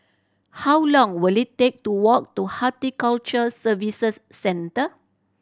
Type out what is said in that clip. how long will it take to walk to Horticulture Services Centre